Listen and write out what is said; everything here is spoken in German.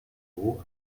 niveau